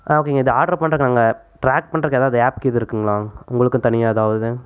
ஆ ஓகேங்க இதை ஆர்ட்ரு பண்ணுறக்கு நாங்கள் ட்ராக் பண்ணுறக்கு எதாவது ஆப் கீது இருக்குங்களா உங்களுக்குன் தனியாக எதாவது